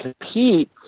compete